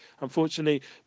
unfortunately